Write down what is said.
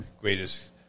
greatest